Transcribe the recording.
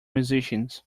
musicians